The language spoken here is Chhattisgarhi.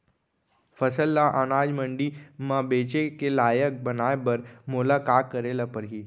फसल ल अनाज मंडी म बेचे के लायक बनाय बर मोला का करे ल परही?